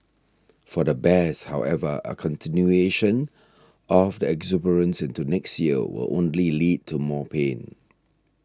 for the bears however a continuation of the exuberance into next year will only lead to more pain